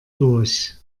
durch